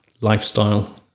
lifestyle